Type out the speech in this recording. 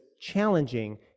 challenging